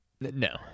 No